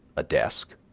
a desk,